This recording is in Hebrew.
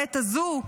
בעת הזו,